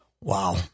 Wow